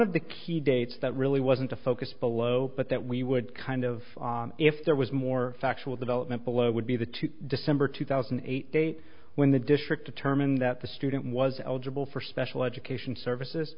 of the key dates that really wasn't a focus below but that we would kind of if there was more factual development below would be the two december two thousand and eight date when the district attorney in that the student was eligible for special education services